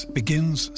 begins